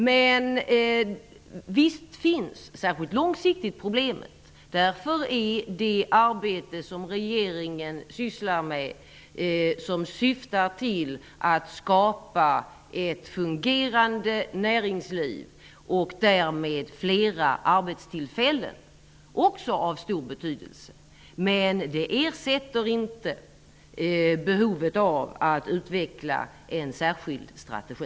Men visst finns problemet, särskilt långsiktigt. Därför är det arbete som regeringen sysslar med, som syftar till att skapa ett fungerande näringsliv och därmed flera arbetstillfällen, också av stor betydelse. Men det ersätter inte behovet av att utveckla en särskild strategi.